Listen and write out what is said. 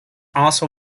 also